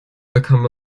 become